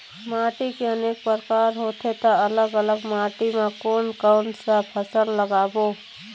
माटी के अनेक प्रकार होथे ता अलग अलग माटी मा कोन कौन सा फसल लगाबो?